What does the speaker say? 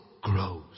grows